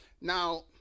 Now